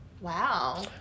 Wow